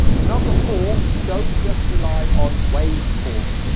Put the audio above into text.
number four, don't just rely on waveforms,